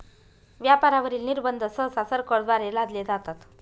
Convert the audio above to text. व्यापारावरील निर्बंध सहसा सरकारद्वारे लादले जातात